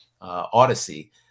Odyssey